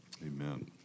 Amen